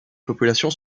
population